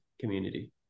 community